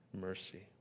mercy